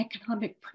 economic